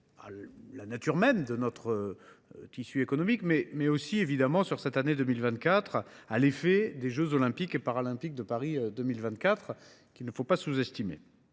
la nature même de notre tissu économique, mais également, en cette année particulière, à l’effet des jeux Olympiques et Paralympiques de Paris 2024, qu’il ne faut pas sous estimer.